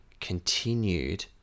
continued